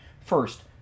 First